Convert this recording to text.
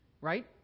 right